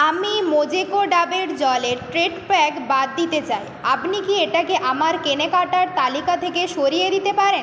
আমি মোজোকো ডাবের জলের টেট্রা প্যাক বাদ দিতে চাই আপনি কি এটাকে আমার কেনাকাটার তালিকা থেকে সরিয়ে দিতে পারেন